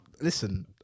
listen